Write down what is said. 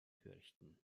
fürchten